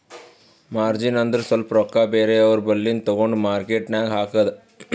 margin ಅಂದುರ್ ಸ್ವಲ್ಪ ರೊಕ್ಕಾ ಬೇರೆ ಅವ್ರ ಬಲ್ಲಿಂದು ತಗೊಂಡ್ ಮಾರ್ಕೇಟ್ ನಾಗ್ ಹಾಕದ್